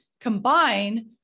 combine